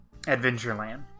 Adventureland